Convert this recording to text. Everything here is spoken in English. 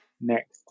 next